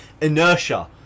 inertia